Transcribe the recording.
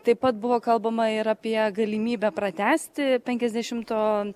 taip pat buvo kalbama ir apie galimybę pratęsti penkiasdešimto